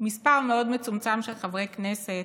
מספר מאוד מצומצם של חברי כנסת,